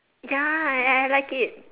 ya I like it